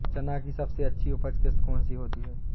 चना की सबसे अच्छी उपज किश्त कौन सी होती है?